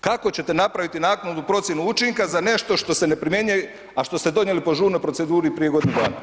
Kako ćete napraviti naknadnu procjenu učinka za nešto što se ne primjenjuje, a što ste donijeli po žurnoj proceduri prije godinu dana.